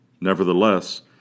Nevertheless